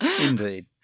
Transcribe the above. Indeed